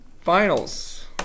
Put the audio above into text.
finals